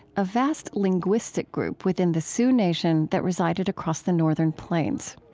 a vast linguistic group within the sioux nation that resided across the northern plains.